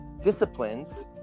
disciplines